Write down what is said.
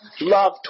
love